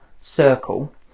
circle